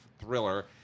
thriller